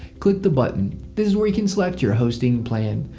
click the button. this is where you can select your hosting plan.